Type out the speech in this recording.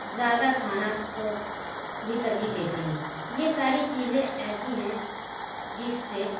زیادہ کھانا کو بھی ترجیح دیتے ہیں یہ ساری چیزیں ایسی ہیں جس سے